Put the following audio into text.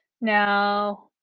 Now